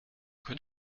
kann